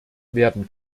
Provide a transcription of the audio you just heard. werden